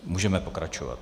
Můžeme pokračovat.